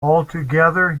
altogether